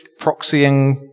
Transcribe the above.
proxying